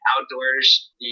outdoors